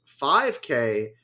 5K